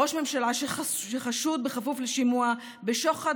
ראש ממשלה שחשוד בכפוף לשימוע בשוחד,